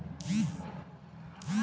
दुनिया भर में तरह तरह के लकड़ी मिलेला